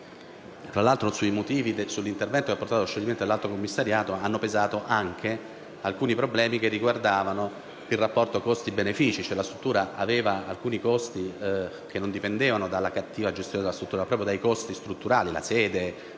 Tra l'altro, sui motivi dell'intervento che ha portato allo scioglimento dell'Alto commissariato hanno pesato anche alcuni problemi che riguardavano il rapporto tra costi e benefici. La struttura aveva alcuni costi, che non dipendevano da una sua cattiva gestione, ma proprio dai costi strutturali, come la sede